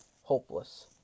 hopeless